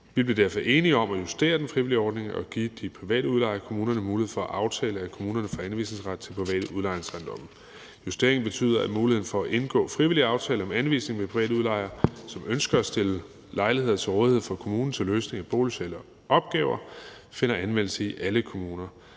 Vi blev derfor enige om at justere den frivillige ordning og give de private udlejere og kommunerne mulighed for at aftale, at kommunerne får anvisningsret for private udlejningsejendomme. Justeringen betyder, at muligheden for at indgå frivillige aftaler om anvisning med private udlejere, som ønsker at stille lejligheder til rådighed for kommunen til løsning af boligsociale opgaver, finder anvendelse i alle kommuner.